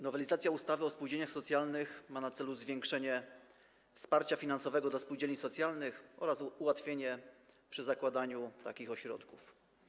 Nowelizacja ustawy o spółdzielniach socjalnych ma na celu zwiększenie wsparcia finansowego dla spółdzielni socjalnych oraz ułatwienia przy zakładaniu takich ośrodków.